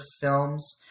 films